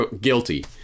guilty